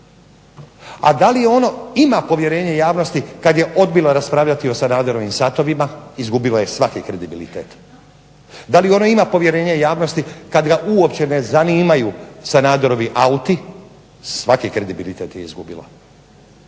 a da li ono ima povjerenje javnosti kad je odbilo raspravljati o Sanaderovim satovima izgubilo je svaki kredibilitet. Da li ono ima povjerenje javnosti kad ga uopće ne zanimaju Sanaderovi auti, svaki kredibilitet je izgubilo.